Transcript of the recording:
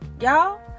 y'all